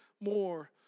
more